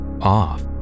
off